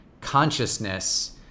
Consciousness